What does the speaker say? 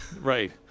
Right